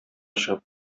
чыгып